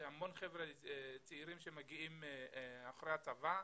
שהמון חבר'ה צעירים שמגיעים אחרי הצבא,